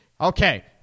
okay